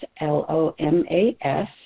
L-O-M-A-S